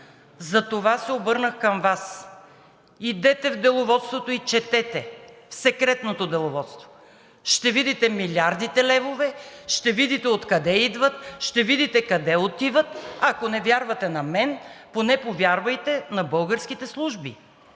Затова се обърнах към Вас: идете в Деловодството и четете – в Секретното деловодство, ще видите милиардите левове, ще видите откъде идват, ще видите къде отиват. Ако не вярвате на мен, поне повярвайте на българските служби.